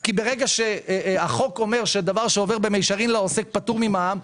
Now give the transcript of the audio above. כי ברגע שהחוק אומר שדבר שעובר במישרין לעוסק פטור ממע"מ,